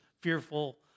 fearful